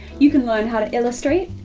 you can learn how to illustrate,